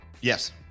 Yes